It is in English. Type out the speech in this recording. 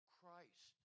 Christ